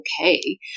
okay